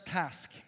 task